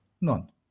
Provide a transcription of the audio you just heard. none